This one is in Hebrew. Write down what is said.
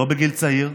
לא בגיל צעיר,